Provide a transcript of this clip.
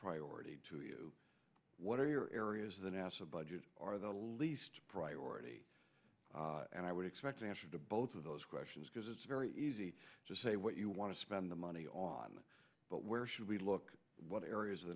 priority to you what are your areas of the nasa budget are the least priority and i would expect the answer to both of those questions because it's very easy to say what you want to spend the money on but where should we look what areas of the